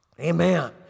Amen